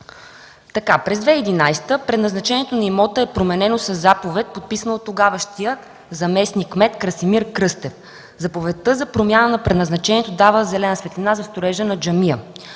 През 2011 г. предназначението на имота е променено със заповед, подписано от тогавашния заместник-кмет Красимир Кръстев. Заповедта за промяна на предназначението дава зелена светлина за строежа на джамия.